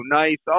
nice